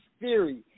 theory